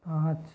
पांच